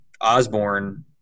Osborne